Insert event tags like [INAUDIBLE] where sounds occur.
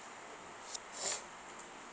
[NOISE]